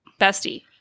Bestie